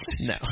No